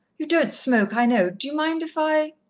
you don't smoke, i know. d'you mind if i?